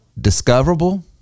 discoverable